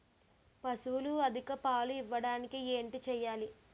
పశువులు అధిక పాలు ఇవ్వడానికి ఏంటి చేయాలి